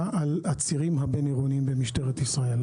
על הצירים הבין-עירוניים במשטרת ישראל.